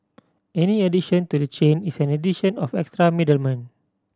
any addition to the chain is an addition of an extra middleman